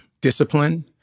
discipline